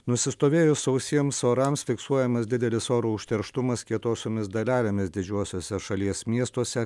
nusistovėjus sausiems orams fiksuojamas didelis oro užterštumas kietosiomis dalelėmis didžiuosiuose šalies miestuose